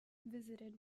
visited